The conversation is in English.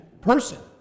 person